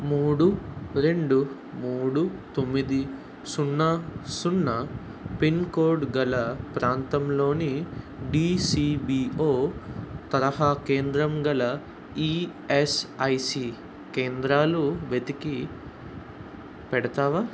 మూడు రెండు మూడు తొమ్మిది సున్నా సున్నా పిన్ కోడ్ గల ప్రాంతంలోని డిసిబిఓ తరహా కేంద్రం గల ఈఎస్ఐసి కేంద్రాలు వెతికి పెడతావా